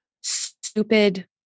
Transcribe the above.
stupid